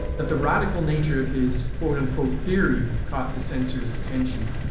that the radical nature of his quote-unquote theory caught the censors attention.